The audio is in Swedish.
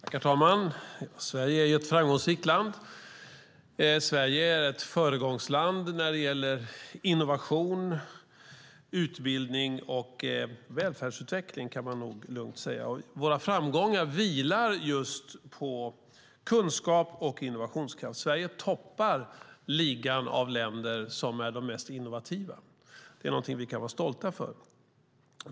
Herr talman! Sverige är ett framgångsrikt land. Sverige är ett föregångsland när det gäller innovation, utbildning och välfärdsutveckling, kan man nog lugnt säga. Våra framgångar vilar just på kunskap och innovationskraft. Sverige toppar ligan av länder som är de mest innovativa. Det är någonting som vi kan vara stolta över.